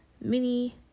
Mini